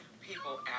people